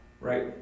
right